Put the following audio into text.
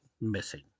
missing